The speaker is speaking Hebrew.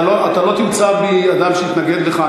אתה לא תמצא בי אדם שיתנגד לך.